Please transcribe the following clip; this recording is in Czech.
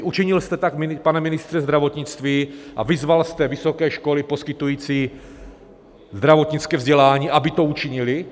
Učinil jste tak, pane ministře zdravotnictví, a vyzval jste vysoké školy poskytující zdravotnické vzdělání, aby tak učinily?